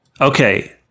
Okay